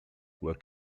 were